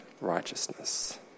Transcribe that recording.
righteousness